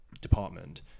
department